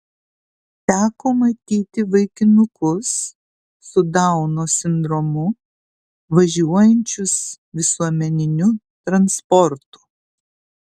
teko matyti vaikinukus su dauno sindromu važiuojančius visuomeniniu transportu